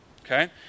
okay